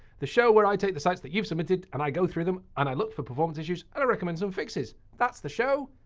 the show where i take the sites that you've submitted, and i go through them. and i look for performance issues, and i recommend some fixes. that's the show.